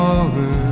over